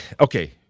okay